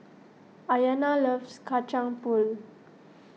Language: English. Ayana loves Kacang Pool